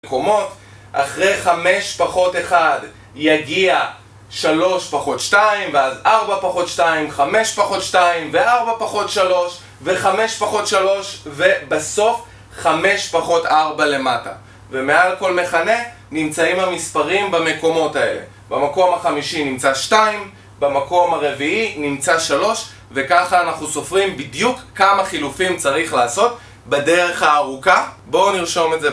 במקומות אחרי 5-1 יגיע 3-2 ואז 4-2, 5-2, 4-3, 5-3 ובסוף 5-4 למטה ומעל כל מכנה נמצאים המספרים במקומות האלה במקום החמישי נמצא 2, במקום הרביעי נמצא 3 וככה אנחנו סופרים בדיוק כמה חילופים צריך לעשות בדרך הארוכה בואו נרשום את זה